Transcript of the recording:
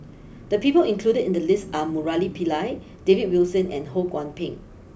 the people included in the list are Murali Pillai David Wilson and Ho Kwon Ping